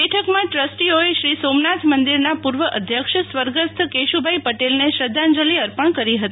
બેઠકમાં ટ્રસ્ટીઓએ શ્રીસોમનાથ મંદિરના પૂર્વ અધ્યક્ષ સ્વર્ગસ્થ કેશુભાદ પટેલને શ્રધ્ધાંજલિ અર્પણ કરી હતી